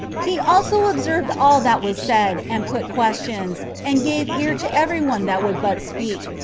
he also observed all that was said, and put questions, and gave ear to every one that would but speak,